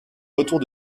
retour